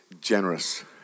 generous